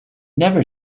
never